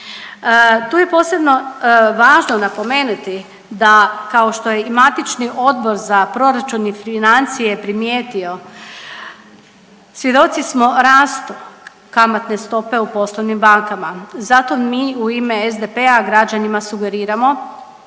Tu je posebno važno napomenuti da kao što je i matični Odbor za proračun i financije primijetio, svjedoci smo rastu kamatne stope u poslovnim bankama, zato mi u ime SDP-a građanima sugeriramo